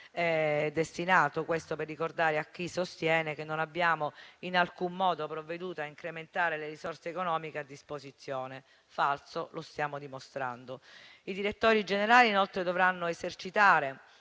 destinato; questo lo ricordo a chi sostiene che non abbiamo in alcun modo provveduto a incrementare le risorse economiche a disposizione. È falso e lo stiamo dimostrando. I direttori generali, inoltre, dovranno esercitare